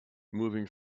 moving